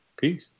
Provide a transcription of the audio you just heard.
peace